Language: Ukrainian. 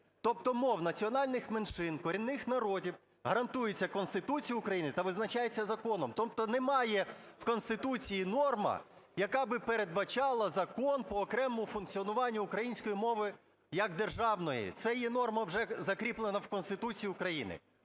тобто мов національних меншин, корінних народів гарантується Конституцією України та визначається законом. Тобто немає в Конституції норми, яка би передбачала закон по окремому функціонуванню української мови як державної. Це є норма вже закріплена в Конституції України.